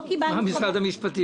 מה משרד המשפטים?